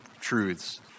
truths